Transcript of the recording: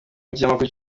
ikinyamakuru